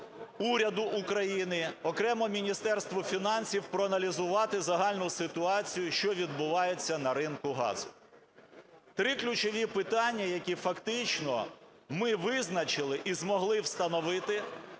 уряду України, окремо Міністерству фінансів проаналізувати загальну ситуацію, що відбувається на ринку газу. Три ключові питання, які фактично ми визначили і змогли встановити,